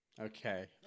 Okay